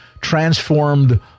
transformed